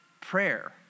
prayer